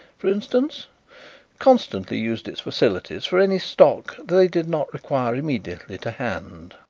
for instance constantly used its facilities for any stock that they did not require immediately to hand.